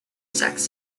sex